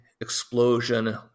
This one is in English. explosion